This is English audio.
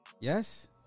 Yes